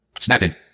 Snapping